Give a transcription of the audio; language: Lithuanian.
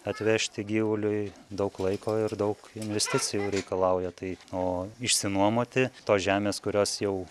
atvežti gyvuliui daug laiko ir daug investicijų reikalauja tai o išsinuomoti tos žemės kurios jau